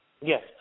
Yes